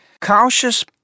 cautious